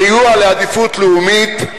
סיוע לעדיפות לאומית,